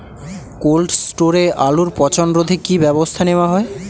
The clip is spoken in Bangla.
কোল্ড স্টোরে আলুর পচন রোধে কি ব্যবস্থা নেওয়া হয়?